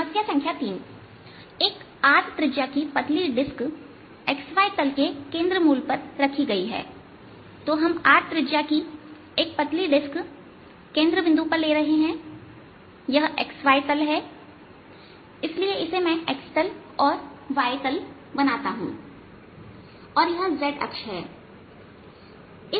समस्या संख्या 3 एक R त्रिज्या की पतली डिस्क xy तल के केंद्र मूल पर रखी गई है तो हम R त्रिज्या की एक पतली डिस्क केंद्र बिंदु पर ले रहे हैं यह xy तल है इसलिए मैं इसे x तल और y तल बनाता हूं और यह z अक्ष है